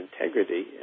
integrity